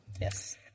Yes